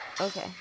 Okay